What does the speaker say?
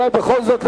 אולי בכל זאת,